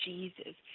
Jesus